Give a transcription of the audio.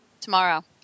Tomorrow